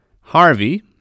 Harvey